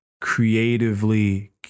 creatively